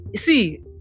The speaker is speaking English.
see